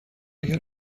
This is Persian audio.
اگر